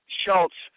Schultz